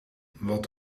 wat